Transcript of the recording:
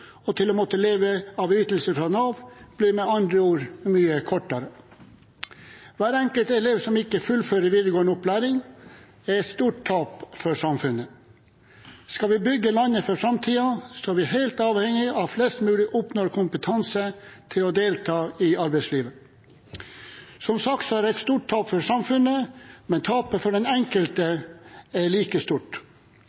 og til å måtte leve av ytelser fra Nav blir med andre ord mye kortere. For hver elev som ikke fullfører videregående opplæring – det er et stort tap for samfunnet. Skal vi bygge landet for framtiden, er vi helt avhengig av at flest mulig oppnår kompetanse til å delta i arbeidslivet. Som sagt er det et stort tap for samfunnet, men tapet for den enkelte er like stort.